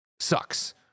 sucks